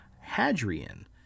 Hadrian